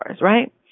right